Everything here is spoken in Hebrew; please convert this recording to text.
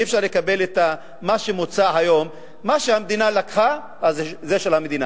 אי-אפשר לקבל את מה שמוצע היום: מה שהמדינה לקחה אז זה של המדינה,